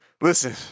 Listen